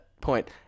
point